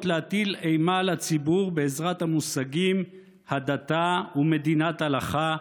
להטיל אימה על הציבור בעזרת המושגים "הדתה" ו"מדינת הלכה",